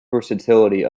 versatility